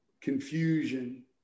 confusion